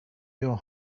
your